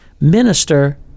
minister